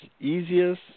easiest